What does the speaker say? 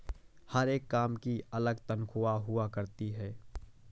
हर एक काम की अलग तन्ख्वाह हुआ करती है